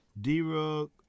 D-Rug